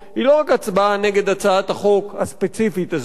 לא רק הצבעה נגד הצעת החוק הספציפית הזאת,